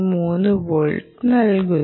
3 volt നൽകുന്നു